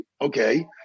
Okay